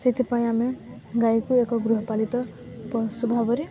ସେଥିପାଇଁ ଆମେ ଗାଈକୁ ଏକ ଗୃହପାଳିତ ପଶୁ ଭାବରେ